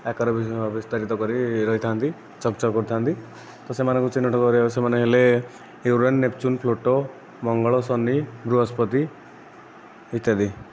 ଆକାର ବିସ୍ତାରିତ କରି ରହିଥାନ୍ତି ଚକ୍ ଚକ୍ କରିଥାନ୍ତି ତ ସେମାନଙ୍କୁ ଚିହ୍ନଟ କରିବା ସେମାନେ ହେଲେ ୟୁରାନସ୍ ନେପଚ୍ୟୁନ୍ ପ୍ଲୁଟୋ ମଙ୍ଗଳ ଶନି ବୃହସ୍ପତି ଇତ୍ୟାଦି